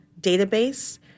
database